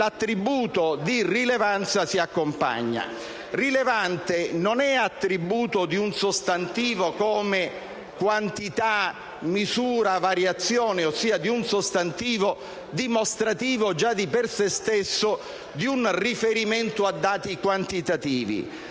l'attributo di rilevanza si accompagna. Rilevante non è attributo di un sostantivo come «quantità», «misura» o «variazione» - ossia di un sostantivo dimostrativo, che già di per se stesso fa riferimento a dati quantitativi